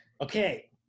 Okay